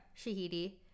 Shahidi